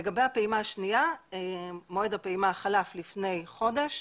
מועד הפעימה השנייה חלף לפני חודש.